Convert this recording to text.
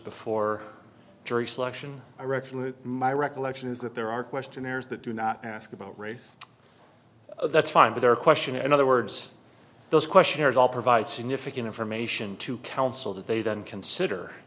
before jury selection i read from my recollection is that there are questionnaires that do not ask about race that's fine but there are question in other words those questionnaires all provide significant information to counsel that they don't consider